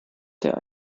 der